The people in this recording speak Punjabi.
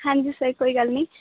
ਹਾਂਜੀ ਸਰ ਕੋਈ ਗੱਲ ਨਹੀਂ